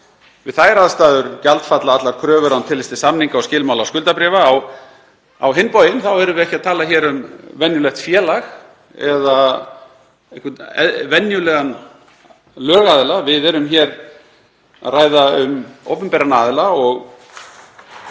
Við þær aðstæður gjaldfalla allar kröfur án tillits til samninga og skilmála skuldabréfa. Á hinn bóginn erum við ekki að tala um venjulegt félag eða einhvern venjulegan lögaðila. Við erum hér að ræða um opinberan aðila og